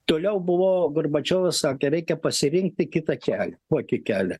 toliau buvo gorbačiovas sakė reikia pasirinkti kitą kelio kokį kelią